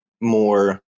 more